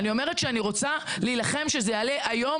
אני אומרת שאני רוצה להילחם שזה יעלה היום,